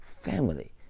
family